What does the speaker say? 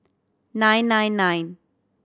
nine nine nine